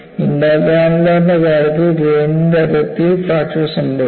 ഇന്റർഗ്രാനുലറിന്റെ കാര്യത്തിൽ ഗ്രേനിന്റെ അതിർത്തിയിൽ ഫ്രാക്ചർ സംഭവിക്കുന്നു